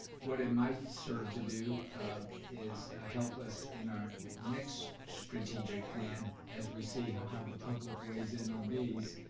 what it might serve to do is help us in our next strategic plan, as we see how the public weighs in on these.